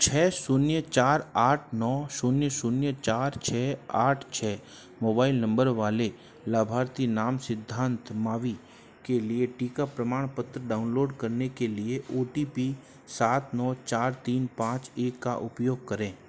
छः शून्य चार आठ नौ शून्य शून्य चार छः आठ छः मोबाइल नंबर वाले लाभार्थी नाम सिद्धांत मावी के लिए टीका प्रमाणपत्र डाउनलोड करने के लिए ओ टी पी सात नौ चार तीन पाँच एक का उपयोग करें